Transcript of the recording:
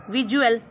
visual